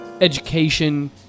education